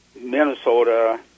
Minnesota